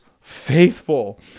faithful